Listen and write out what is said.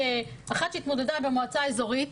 כאחת שהתמודדה במועצה אזורית,